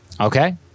Okay